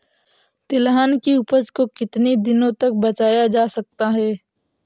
तिलहन की उपज को कितनी दिनों तक बचाया जा सकता है?